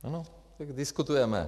Ano, tak diskutujeme.